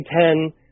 Ten